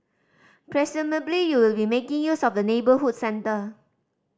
presumably you will be making use of the neighbourhood centre